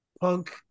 punk